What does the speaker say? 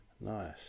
Nice